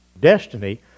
destiny